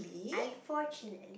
unfortunate